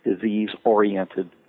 disease-oriented